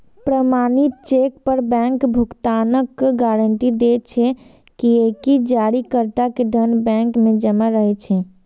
प्रमाणित चेक पर बैंक भुगतानक गारंटी दै छै, कियैकि जारीकर्ता के धन बैंक मे जमा रहै छै